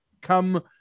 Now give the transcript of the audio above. Come